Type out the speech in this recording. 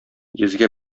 йөзгә